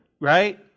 right